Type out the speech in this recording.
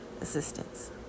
assistance